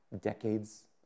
decades